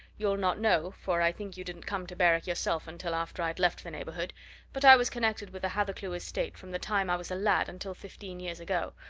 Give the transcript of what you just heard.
you'll not know, for i think you didn't come to berwick yourself until after i'd left the neighbourhood but i was connected with the hathercleugh estate from the time i was a lad until fifteen years ago,